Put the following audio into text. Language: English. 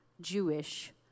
Jewish